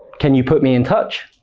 can you put me in touch?